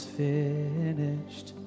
finished